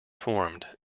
formed